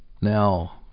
now